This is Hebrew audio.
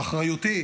אחריותי